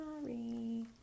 Sorry